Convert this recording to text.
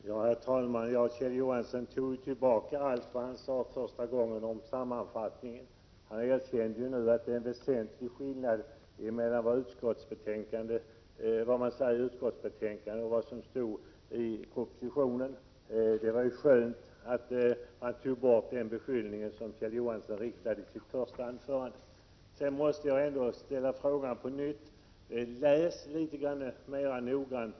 Herr talman! Kjell Johansson tog tillbaka allt vad han sade första gången om sammanfattningen. Han erkände nu att det är en väsentlig skillnad mellan vad som sägs i utskottsbetänkandet och det som stod i propositionen. Det är skönt att Kjell Johansson tagit tillbaka den beskyllning som han framförde i sitt första anförande. Sedan måste jag ändå på nytt uppmana Kjell Johansson att läsa litet mera noggrant.